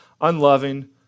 unloving